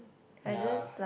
ya